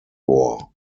war